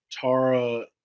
Tara